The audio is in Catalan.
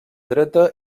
dreta